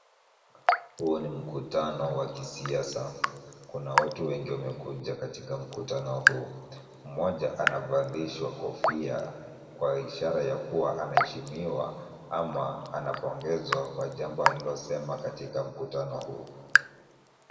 Huu ni mkutano wa kisiasa. Kuna watu wengi ambao wamekuja kwa mkutano huu. Mmoja anavalishwa kofia kwa ishara ya kuwa anaheshimiwa au anapongezwa kwa jambo alilosema katika mkutano huo.